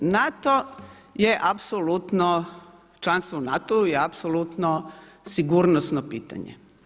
NATO je apsolutno, članstvo u NATO-u je apsolutno sigurnosno pitanje.